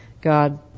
God